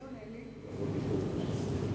מי עונה לי?